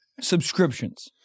subscriptions